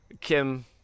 Kim